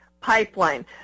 Pipeline